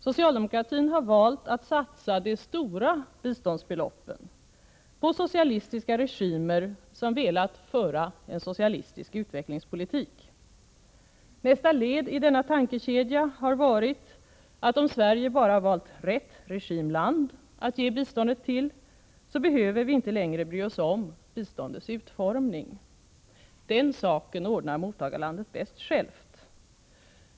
Socialdemokratin har valt att satsa de stora biståndsbeloppen på socialistiska regimer som velat föra en socialistisk utvecklingspolitik. Nästa led i denna tankekedja har varit att om Sverige bara valt ”rätt” regim/land att ge biståndet till, behöver vi inte längre bry oss om biståndets utformning. Den saken ordnar mottagarlandet bäst självt.